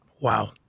Wow